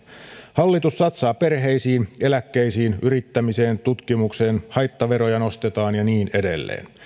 hallitus satsaa perheisiin eläkkeisiin yrittämiseen tutkimukseen haittaveroja nostetaan ja niin edelleen